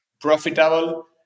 profitable